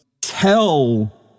tell